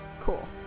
Cool